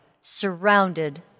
surrounded